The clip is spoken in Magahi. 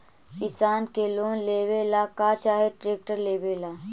किसान के लोन लेबे ला का चाही ट्रैक्टर लेबे ला?